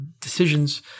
decisions